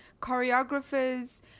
choreographers